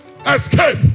Escape